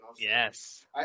Yes